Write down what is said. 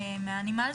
האמת,